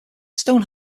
stone